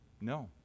No